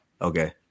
Okay